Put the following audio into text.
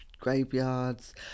graveyards